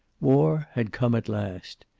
war had come at last.